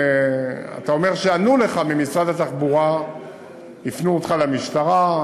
אתה אומר שענו לך ממשרד התחבורה והפנו אותך למשטרה.